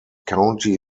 county